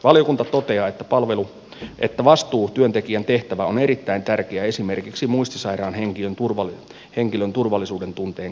valiokunta toteaa että vastuutyöntekijän tehtävä on erittäin tärkeä esimerkiksi muistisairaan henkilön turvallisuuden tunteen kannalta